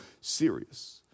serious